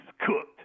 cooked